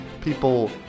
people